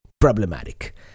problematic